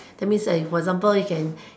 that means I for example you can